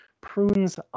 prunes